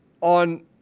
on